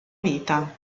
vita